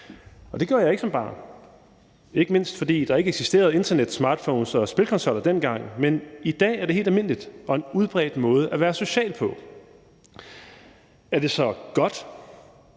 Det gjorde jeg ikke som barn, ikke mindst fordi der ikke eksisterede internet, smartphones og spillekonsoller dengang, men i dag er det helt almindeligt og en udbredt måde at være social på. Er det så godt?